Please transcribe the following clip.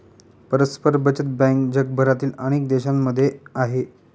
परस्पर बचत बँक जगभरातील अनेक देशांमध्ये आहे